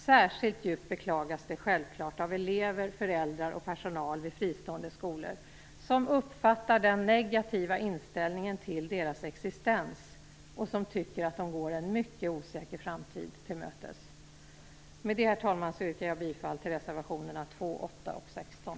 Särskilt djupt beklagas det självklart av elever, föräldrar och personal vid fristående skolor som uppfattar den negativa inställningen till deras existens och som tycker att de går en mycket osäker framtid till mötes. Herr talman! Med det anförda yrkar jag bifall till reservationerna 2, 8 och 16.